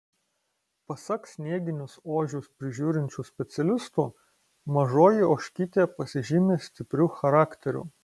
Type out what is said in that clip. pasak snieginius ožius prižiūrinčių specialistų mažoji ožkytė pasižymi stipriu charakteriu